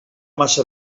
massa